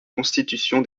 constitution